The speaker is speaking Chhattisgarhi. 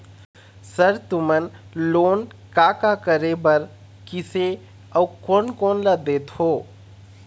सर तुमन लोन का का करें बर, किसे अउ कोन कोन ला देथों?